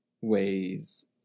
ways